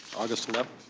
august eleven.